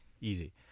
Easy